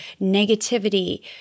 negativity